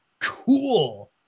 cool